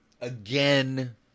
Again